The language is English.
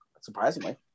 surprisingly